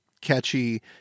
catchy